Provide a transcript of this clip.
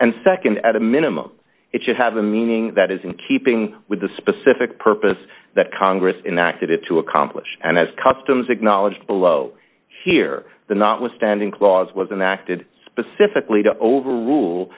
and nd at a minimum it should have a meaning that is in keeping with the specific purpose that congress enacts it to accomplish and as customs acknowledged below here the notwithstanding clause was and acted specifically to overrule